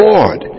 Lord